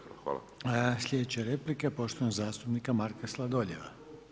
Slijedeća replika je poštovanog zastupnika Marka Sladoljeva.